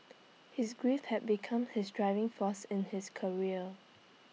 his grief had become his driving force in his career